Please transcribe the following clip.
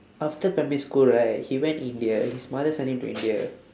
after primary school right he went india his mother send him to india